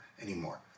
anymore